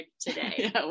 today